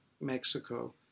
Mexico